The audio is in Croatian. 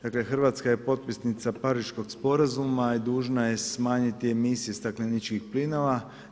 Dakle, RH je potpisnica pariškog sporazuma i dužna je smanjiti emisiju stakleničkih plinova.